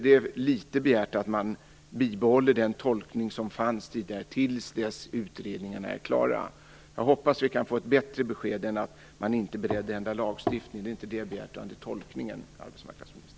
Det är litet begärt att den tolkning som fanns tidigare bibehålls till dess utredningen är klar. Jag hoppas att vi kan få ett bättre besked än att ministern inte är beredd att ändra lagstiftningen. Det är inte det vi har begärt, utan det handlar om tolkningen av lagen, arbetsmarknadsministern.